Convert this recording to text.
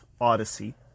Odyssey